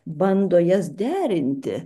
bando jas derinti